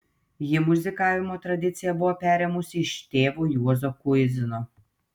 ji muzikavimo tradiciją buvo perėmusi iš tėvo juozo kuizino